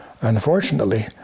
unfortunately